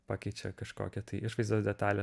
pakeičia kažkokią tai išvaizdos detalę